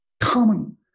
common